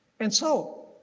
and so,